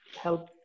help